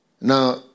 Now